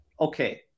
okay